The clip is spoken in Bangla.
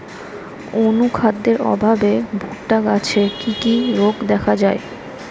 অনুখাদ্যের অভাবে ভুট্টা গাছে কি কি রোগ দেখা যায়?